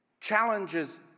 Challenges